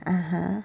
(uh huh)